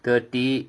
thirty